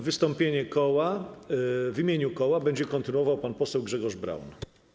Wystąpienie w imieniu koła będzie kontynuował pan poseł Grzegorz Braun.